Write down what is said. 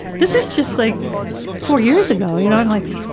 this is just like four years ago. you know? and like